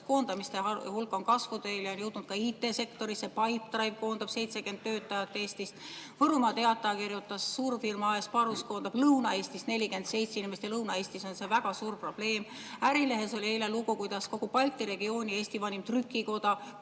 koondamiste hulk on kasvuteel ja on jõudnud ka IT‑sektorisse. Pipedrive koondab 70 töötajat Eestis. Võrumaa Teataja kirjutas, et suurfirma AS Barrus koondab Lõuna-Eestis 47 inimest – ja Lõuna-Eestis on see väga suur probleem. Ärilehes oli eile lugu, kuidas kogu Balti regiooni ja Eesti vanim trükikoda